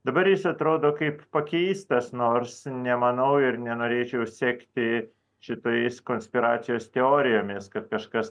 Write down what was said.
dabar jis atrodo kaip pakeistas nors nemanau ir nenorėčiau sekti šitais konspiracijos teorijomis kad kažkas